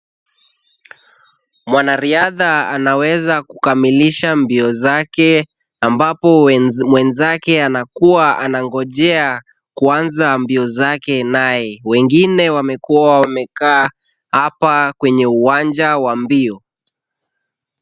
Mwanariadha anaweza kukamilisha mbio zake ambapo mwenzake anakua anangojea kuanza mbio zake naye, wengine wamekua wamekaa hapa kwenye uwanja wa mbio.